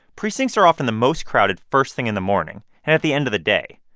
precincts are often the most crowded first thing in the morning and at the end of the day,